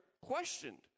questioned